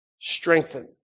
strengthen